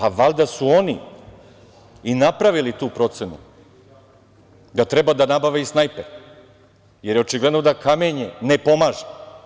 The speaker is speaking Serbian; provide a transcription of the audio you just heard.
Oni su valjda i napravili tu procenu da treba da nabave i snajper, jer je očigledno da kamenje ne pomaže.